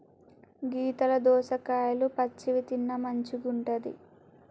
గీతల దోసకాయలు పచ్చివి తిన్న మంచిగుంటది